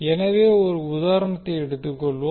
எனவே ஒரு உதாரணத்தை எடுத்துக் கொள்வோம்